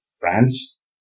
France